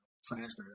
science